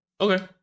Okay